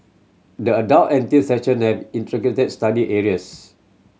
the adult and teens section study areas